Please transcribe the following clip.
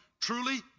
truly